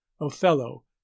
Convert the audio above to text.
Othello